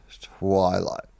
Twilight